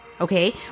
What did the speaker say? Okay